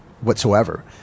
whatsoever